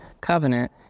covenant